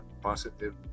positive